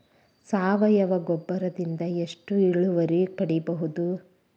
ಸಾವಯವ ಗೊಬ್ಬರದಿಂದ ಎಷ್ಟ ಇಳುವರಿ ಪಡಿಬಹುದ?